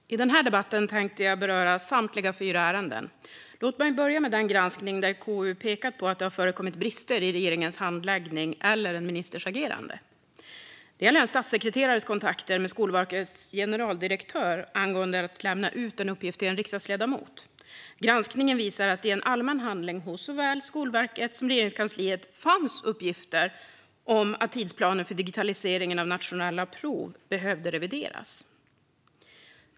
Fru talman! I den här debattrundan tänkte jag beröra samtliga fyra ärenden. Låt mig börja med den granskning där KU pekat på att det har förekommit brister i regeringens handläggning eller en ministers agerande. Det gäller en statssekreterares kontakter med Skolverkets generaldirektör angående att lämna ut en uppgift till en riksdagsledamot. Granskningen visar att det i en allmän handling hos såväl Skolverket som Regeringskansliet fanns uppgifter om att tidsplanen för digitaliseringen av nationella prov behövde revideras.